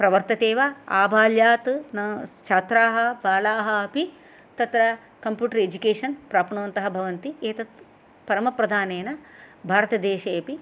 प्रवर्तते वा आबाल्यात् न छात्राः बालाः अपि तत्र कम्पूटर् एजुकेषन् प्राप्णुवन्तः भवन्ति एतत् परमप्रधानेन भारतदेशेपि